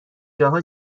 جاها